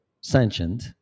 sentient